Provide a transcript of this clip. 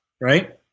right